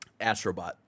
Astrobot